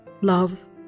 Love